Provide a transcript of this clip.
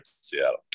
Seattle